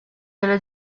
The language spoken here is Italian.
della